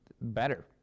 better